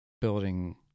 building